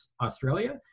Australia